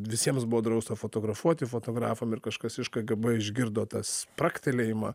visiems buvo drausta fotografuoti fotografam ir kažkas iš kgb išgirdo tą spragtelėjimą